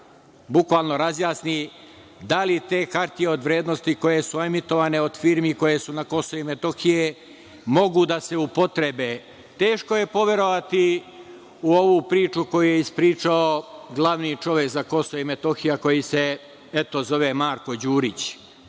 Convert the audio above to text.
bukvalno razjasni da li te hartije od vrednosti koje su emitovane od firmi koje su na Kosovu i Metohiji mogu da se upotrebe. Teško je poverovati u ovu priču koju je ispričao glavni čovek za Kosovo i Metohiju, a koji se, eto, zove Marko Đurić.